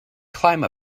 climb